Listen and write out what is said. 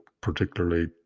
particularly